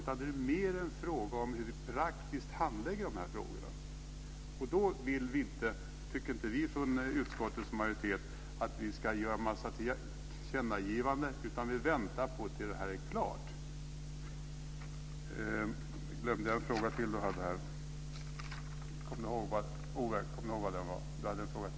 Det är mer fråga om hur vi praktiskt handlägger de här frågorna. Då tycker inte vi från utskottets majoritet att vi ska göra en massa tillkännagivanden. Vi väntar på att det här ska bli klart.